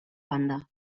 banda